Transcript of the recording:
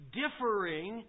differing